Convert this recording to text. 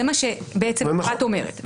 זה מה שאפרת אומרת.